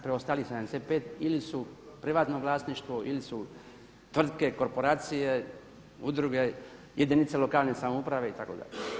Preostalih 75 ili su privatno vlasništvo ili su tvrtke, korporacije, udruge, jedinice lokalne samouprave itd.